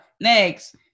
next